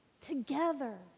together